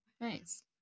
Nice